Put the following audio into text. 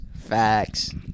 Facts